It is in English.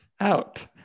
out